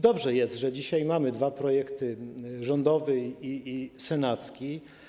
Dobrze, że dzisiaj mamy dwa projekty: rządowy i senacki.